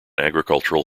agricultural